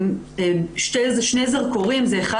שני זרקורים: אחד,